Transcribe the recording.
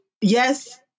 yes